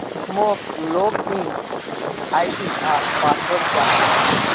मोक log in ID आर password चाहि